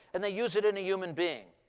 and they use it in a human being.